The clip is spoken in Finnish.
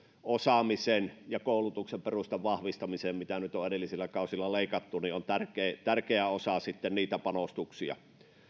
osaamisen ja koulutuksen perustan vahvistamiseksi joita nyt on edellisillä kausilla leikattu ovat tärkeä osa niitä panostuksia